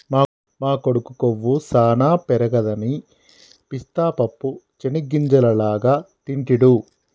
మా కొడుకు కొవ్వు సానా పెరగదని పిస్తా పప్పు చేనిగ్గింజల లాగా తింటిడు